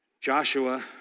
Joshua